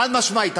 חד-משמעית.